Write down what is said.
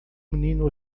menino